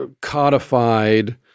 codified